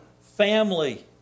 Family